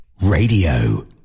radio